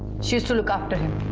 she used to look after him.